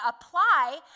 apply